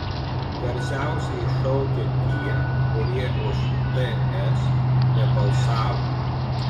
garsiausiai šaukia tie kurie už ts nebalsavo